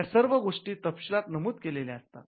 या सर्व गोष्टी तपशिलात नमूद केलेल्या असतात